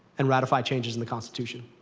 and ratify changes in the constitution.